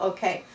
Okay